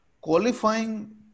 qualifying